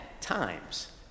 times